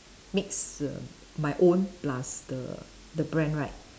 mix my own plus the the brand right